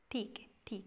ठीक आहे ठीक